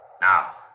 Now